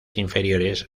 inferiores